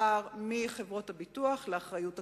מחברות הביטוח לאחריות קופות-החולים.